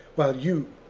while you,